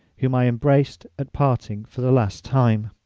whom i embraced at parting for the last time.